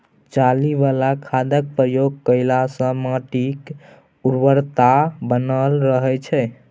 चाली बला खादक प्रयोग केलासँ माटिक उर्वरता बनल रहय छै